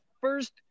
first